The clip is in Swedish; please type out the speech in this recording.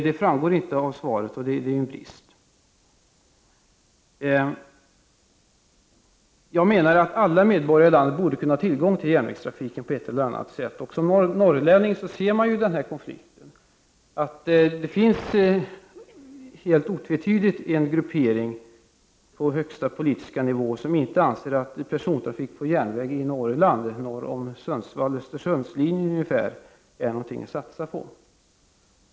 Detta framgår inte av svaret, och det är en brist. Jag menar att alla medborgare i landet på ett eller annat sätt borde ha tillgång till järnvägstrafiken. Som norrlänning ser man tydligt konflikten. Det finns helt otvetydigt en gruppering på högsta politiska nivå som inte anser att persontrafik på järnväg i Norrland, ungefär norr om linjen Sundsvall Östersund, är någonting att satsa på.